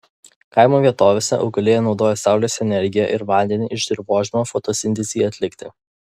kaimo vietovėse augalija naudoja saulės energiją ir vandenį iš dirvožemio fotosintezei atlikti